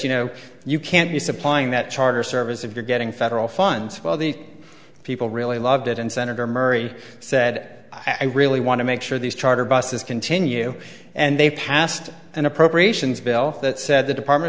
you know you can't be supplying that charter service if you're getting federal funds well the people really loved it and senator murray said i really want to make sure these charter buses continue and they passed an appropriations bill that said the department